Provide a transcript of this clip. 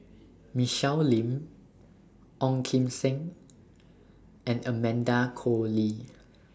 Michelle Lim Ong Kim Seng and Amanda Koe Lee